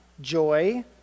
joy